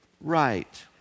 right